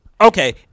Okay